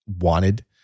wanted